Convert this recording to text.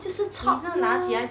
就是 chop lor